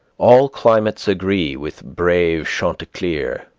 all climates agree with brave chanticleer.